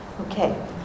Okay